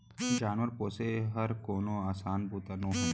जानवर पोसे हर कोनो असान बूता नोहे